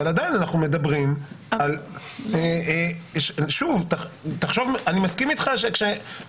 אבל עדין אנחנו מדברים שוב אני מסכים אתך שבהתדרדרות,